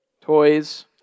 toys